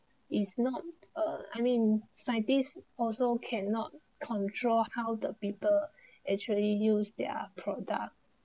is not uh I mean say scientist beast also cannot control how the people actually use their product